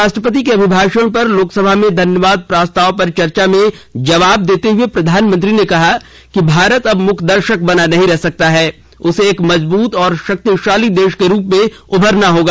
राष्ट्रपति के अभिभाषण पर लोकसभा में धन्यवाद प्रस्ताव पर चर्चा में जवाब देते हए प्रधानमंत्री ने कहा कि भारत अब मूक दर्शक बना नहीं रह सकता है उसे एक मजबूत और शक्तिशाली देश के रूप में उभरना होगा